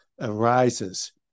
arises